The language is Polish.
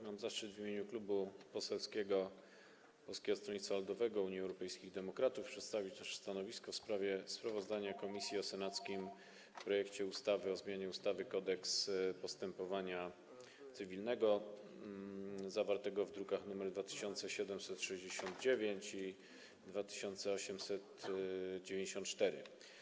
Mam zaszczyt w imieniu Klubu Poselskiego Polskiego Stronnictwa Ludowego - Unii Europejskich Demokratów przedstawić nasze stanowisko w sprawie sprawozdania komisji o senackim projekcie ustawy o zmianie ustawy Kodeks postępowania cywilnego, druki nr 2769 i 2894.